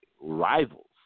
rivals